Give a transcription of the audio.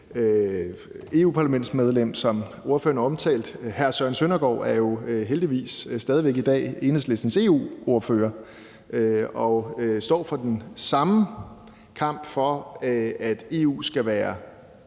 europaparlamentsmedlem, som ordføreren omtalte, hr. Søren Søndergaard, er jo heldigvis stadig væk i dag Enhedslistens EU-ordfører og står for den samme kamp for, at EU skal være